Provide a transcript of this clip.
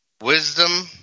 wisdom